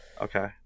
Okay